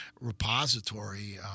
repository